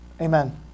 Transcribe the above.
Amen